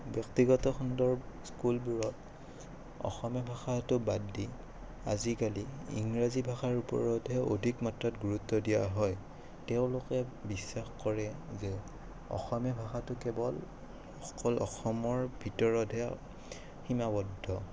ব্যক্তিগত খণ্ডৰ স্কুলবোৰত অসমীয়া ভাষাটো বাদ দি আজিকালি ইংৰাজী ভাষাৰ ওপৰতহে অধিক মাত্ৰাত গুৰুত্ব দিয়া হয় তেওঁলোকে বিশ্বাস কৰে যে অসমীয়া ভাষাটো কেৱল অকল অসমৰ ভিতৰতহে সীমাবদ্ধ